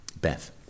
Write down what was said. Beth